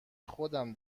خودم